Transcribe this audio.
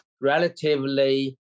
relatively